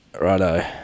Righto